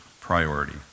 priority